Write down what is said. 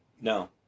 No